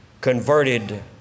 converted